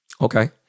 Okay